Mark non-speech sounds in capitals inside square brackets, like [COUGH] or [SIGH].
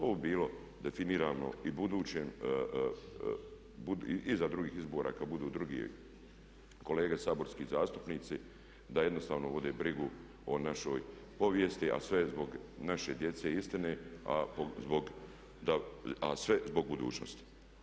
Ovo … [UNINTELLIGIBLE] bilo definirano i budućim, iza drugih izbora, kada budu drugi kolege saborski zastupnici da jednostavno vode brigu o našoj povijesti a sve zbog naše djece i istine a sve zbog budućnosti.